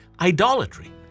idolatry